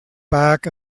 back